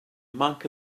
monk